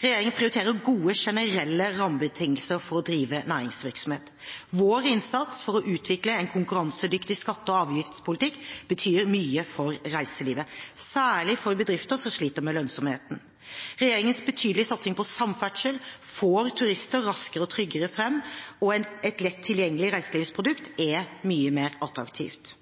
Regjeringen prioriterer gode generelle rammebetingelser for å drive næringsvirksomhet. Vår innsats for å utvikle en konkurransedyktig skatte- og avgiftspolitikk betyr mye for reiselivet, særlig for bedrifter som sliter med lønnsomheten. Regjeringens betydelige satsing på samferdsel får turister raskere og tryggere fram, og et lett tilgjengelig reiselivsprodukt er mye mer attraktivt.